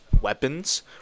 weapons